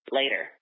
later